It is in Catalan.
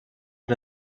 per